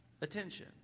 attention